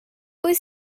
wyt